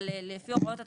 אבל לפי הוראות התקנון,